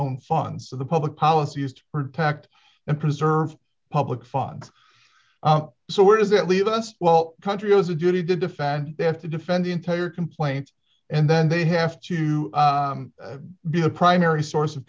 own funds so the public policy used protect and preserve public funds so where does that leave us well country has a duty to defend they have to defend entire complaint and then they have to be a primary source of